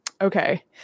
okay